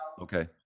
Okay